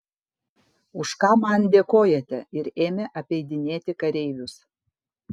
už ką man dėkojate ir ėmė apeidinėti kareivius